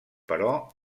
però